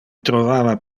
trovava